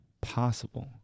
possible